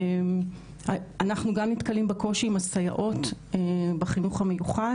אנחנו גם נתקלים בקושי עם הסייעות בחינוך המיוחד,